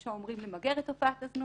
יש האומרים למגר את תופעת הזנות.